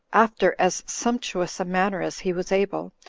after as sumptuous a manner as he was able,